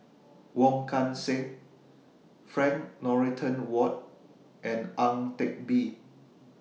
Wong Kan Seng Frank Dorrington Ward and Ang Teck Bee